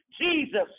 Jesus